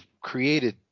created –